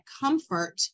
comfort